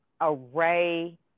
array